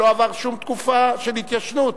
לא עברה שום תקופה של התיישנות.